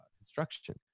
construction